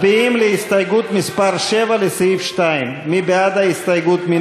מצביעים על הסתייגות מס' 7 לסעיף 2. מי בעד ההסתייגות?